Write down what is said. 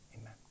Amen